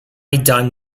done